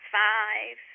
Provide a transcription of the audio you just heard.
five